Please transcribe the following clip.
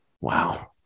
wow